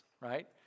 right